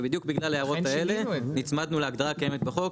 ובדיוק בגלל ההערות האלה נצמדנו להגדרה הקיימת בחוק,